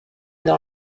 dans